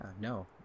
no